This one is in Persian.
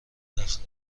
تخته